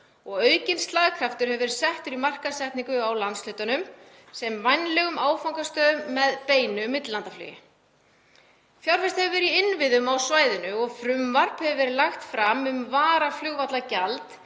og aukinn slagkraftur hefur verið settur í markaðssetningu á landshlutunum sem vænlegum áfangastöðum með beinu millilandaflugi. Fjárfest hefur verið í innviðum á svæðinu og frumvarp hefur verið lagt fram um varaflugvallargjald,